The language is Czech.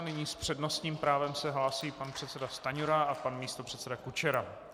Nyní se s přednostním právem hlásí pan předseda Stanjura a pan místopředseda Kučera.